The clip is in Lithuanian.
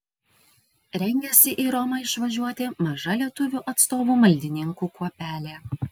rengiasi į romą išvažiuoti maža lietuvių atstovų maldininkų kuopelė